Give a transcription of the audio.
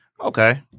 Okay